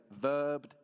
verbed